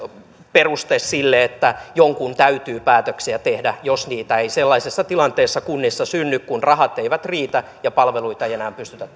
peruste sille että jonkun täytyy päätöksiä tehdä jos niitä ei sellaisessa tilanteessa kunnissa synny kun rahat eivät riitä ja palveluita ei enää pystytä